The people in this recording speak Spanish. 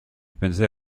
pensé